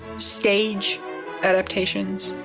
stage adaptations,